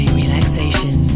relaxation